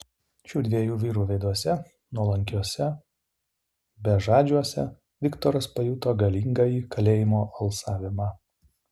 šių dviejų vyrų veiduose nuolankiuose bežadžiuose viktoras pajuto galingąjį kalėjimo alsavimą